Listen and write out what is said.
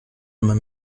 immer